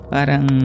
Parang